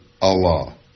Allah